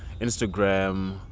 Instagram